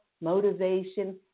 motivation